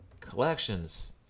Collections